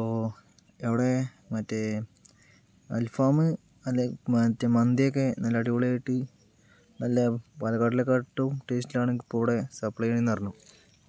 O എവിടെ മറ്റേ അൽഫഹാമ് അല്ലെങ്കിൽ മറ്റേ മന്തി ഒക്കെ നല്ല അടിപൊളിയായിട്ട് നല്ല പാലക്കാടിലെ കാട്ടിലും നല്ല ടെസ്റ്റിലാണ് ഇപ്പോൾ ഇവിടെ സപ്ലൈ ചെയ്യുന്നത് എന്ന് അറിഞ്ഞു